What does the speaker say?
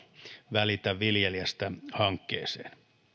välitä viljelijästä hankkeeseen